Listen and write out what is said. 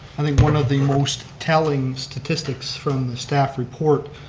i think one of the most telling statistics from the staff report